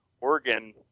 Oregon